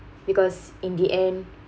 because in the end